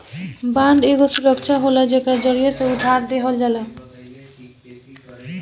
bond एगो सुरक्षा होला जेकरा जरिया से उधार देहल जाला